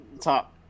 top –